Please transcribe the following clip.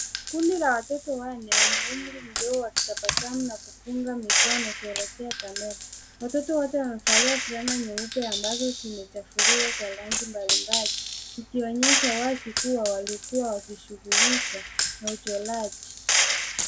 Kundi la watoto wanne wenye umri mdogo wakitabasamu na kupunga mikono kuelekea kamera. Watoto wote wamevalia fulana nyeupe ambazo zimechafuliwa kwa rangi mbalimbali zikionyesha wazi kuwa walikuwa wakijishughulisha na uchoraji.